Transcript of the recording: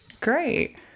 Great